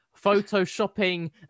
Photoshopping